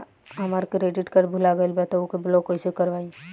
हमार credit card भुला गएल बा त ओके ब्लॉक कइसे करवाई?